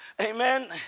amen